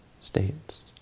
states